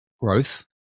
growth